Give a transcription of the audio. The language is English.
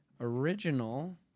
Original